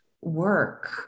work